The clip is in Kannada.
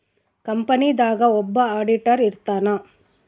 ಕಂಪನಿ ದಾಗ ಒಬ್ಬ ಆಡಿಟರ್ ಇರ್ತಾನ